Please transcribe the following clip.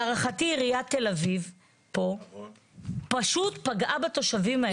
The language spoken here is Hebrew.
להערכתי עירית תל אביב פה פשוט פגעה בתושבים האלה.